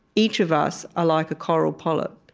each of us are like a coral polyp.